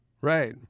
Right